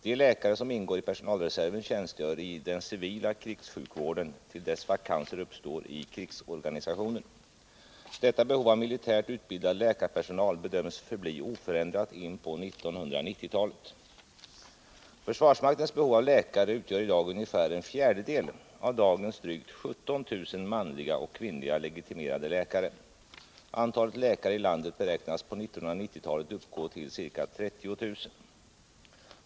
De läkare som ingår i personalreserven tjänstgör i den civila krigssjukvården till dess vakanser uppstår i krigsorganisationen. Detta behov av militärt utbildad läkarpersonal bedöms förbli oförändrat in på 1990-talet. Försvarsmaktens behov av läkare utgör i dag ungefär en fjärdedel av dagens drygt 17 000 manliga och kvinnliga legitimerade läkare. Antalet läkare i landet beräknas på 1990-talet uppgå till ca 30 000.